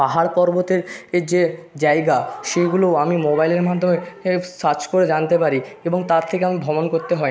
পাহাড় পর্বতের এর যে জায়গা সেইগুলোও আমি মোবাইলের মাধ্যমে এ সার্চ করে জানতে পারি এবং তার থেকে আমি ভ্রমন করতে হয়